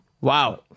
Wow